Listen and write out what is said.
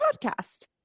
podcast